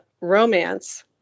romance